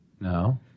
No